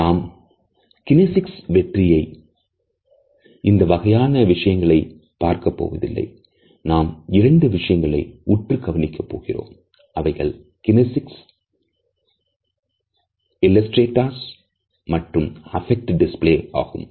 அவைகள் கினேசிக்ஸ்ல் இல்ல ஸ்டேட்டஸ் மற்றும் அபெக் ட் டிஸ்ப்ளே ஆகும்